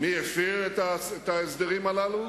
מי הפר את ההסדרים הללו